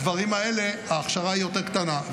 בדברים האלה ההכשרה היא יותר קטנה.